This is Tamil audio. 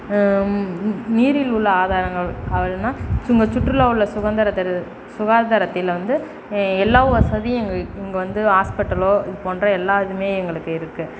நீரில் உள்ள ஆதாரங்கள் அப்படின்னா சும்மா சுற்றுலா உள்ள சுகந்தர திரு சுகாதாரத்தில் வந்து எல்லா வசதியும் எங்களுக்கு இங்கே வந்து ஹாஸ்பிட்டலோ இது போன்ற எல்லா இதுவுமே எங்களுக்கு இருக்குது